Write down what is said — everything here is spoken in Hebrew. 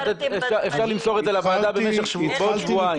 אפשר למסור את זה לוועדה במשך עד שבועיים.